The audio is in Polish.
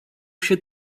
się